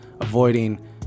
avoiding